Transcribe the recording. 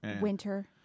winter